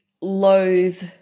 loathe